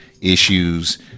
issues